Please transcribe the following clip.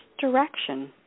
direction